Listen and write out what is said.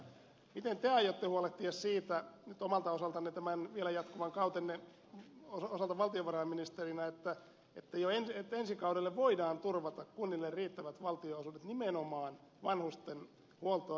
miten te aiotte huolehtia siitä omalta osaltanne tämän vielä jatkuvan kautenne aikana valtiovarainministerinä että ensi kaudelle voidaan turvata kunnille riittävät valtionosuudet nimenomaan vanhusten huoltoon